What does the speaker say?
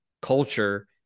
culture